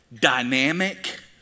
dynamic